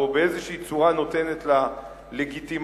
או באיזו צורה נותנת לה לגיטימציה.